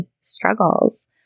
struggles